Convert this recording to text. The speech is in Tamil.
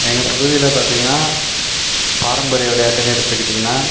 எங்க பகுதியில் பார்த்தீங்கன்னா பாரம்பரிய விளையாட்டுன்னு எடுத்துகிட்டீங்கன்னா